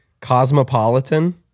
Cosmopolitan